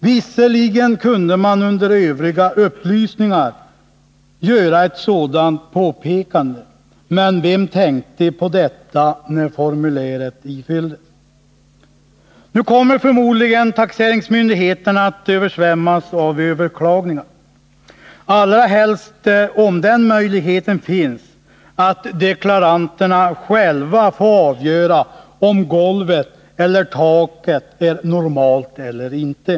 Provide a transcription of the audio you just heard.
Visserligen kunde man under övriga upplysningar göra sådana påpekanden, men vem tänkte på detta när formuläret ifylldes? Nu kommer förmodligen taxeringsmyndigheterna att översvämmas av överklagningar, allra helst om deklaranterna själva får avgöra om golvet eller taket är normalt eller inte.